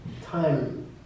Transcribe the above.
time